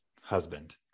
husband